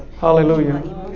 Hallelujah